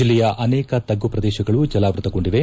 ಜಿಲ್ಲೆಯ ಅನೇಕ ತಗ್ಗು ಪ್ರದೇಶಗಳು ಜಲಾವೃತಗೊಂಡಿದೆ